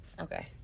Okay